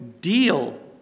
deal